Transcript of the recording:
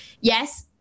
yes